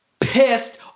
pissed